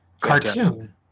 cartoon